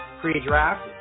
pre-draft